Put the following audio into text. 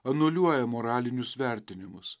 anuliuoja moralinius vertinimus